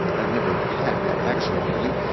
i've never had that actual feeling,